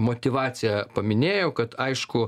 motyvaciją paminėjo kad aišku